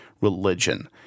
religion